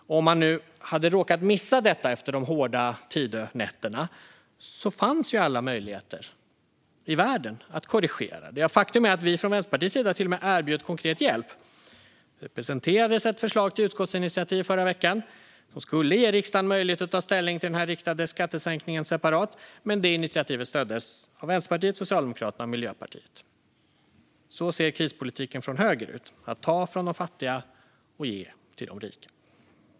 Och hade man nu råkat missa detta efter de hårda Tidönätterna fanns ju alla möjligheter i världen att korrigera det. Faktum är att vi från Vänsterpartiets sida till och med erbjöd konkret hjälp. Det presenterades ett förslag till utskottsinitiativ i förra veckan som skulle ge riksdagen möjlighet att ta ställning till den riktade skattesänkningen separat, men initiativet stöddes bara av Vänsterpartiet, Socialdemokraterna och Miljöpartiet. Så ser krispolitiken från höger ut: att ta från de fattiga och ge till de rika.